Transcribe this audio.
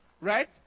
right